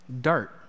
dirt